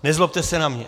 Nezlobte se na mě.